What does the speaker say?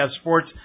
Sports